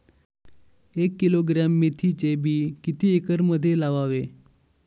एक किलोग्रॅम मेथीचे बी किती एकरमध्ये लावावे?